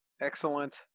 excellent